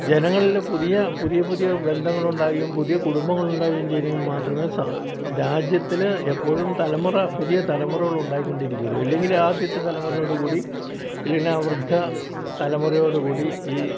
ജനങ്ങളിൽ പുതിയ പുതിയ പുതിയ ബന്ധങ്ങൾ ഉണ്ടാകുകയും പുതിയ കുടുംബങ്ങൾ ഉണ്ടാകുകയും ചെയ്തെങ്കിൽ മാത്രമേ രാജ്യത്തിൽ എപ്പോഴും തലമുറ പുതിയ തലമുറകൾ ഉണ്ടായിക്കൊണ്ട് ഇരിക്കുകയുള്ളു ഇല്ലെങ്കിൽ ആദ്യത്തെ തലമുറയോട് കൂടി പിന്നെ വൃദ്ധ തലമുറയോട് കൂടി ഈ